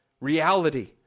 Reality